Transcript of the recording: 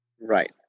Right